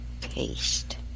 paste